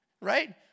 Right